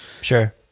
Sure